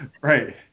right